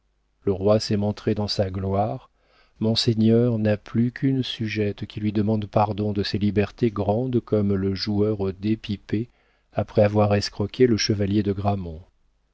le roi s'est montré dans sa gloire mon seigneur n'a plus qu'une sujette qui lui demande pardon de ses libertés grandes comme le joueur aux dés pipés après avoir escroqué le chevalier de grammont